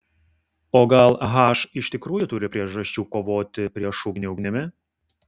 o gal h iš tikrųjų turi priežasčių kovoti prieš ugnį ugnimi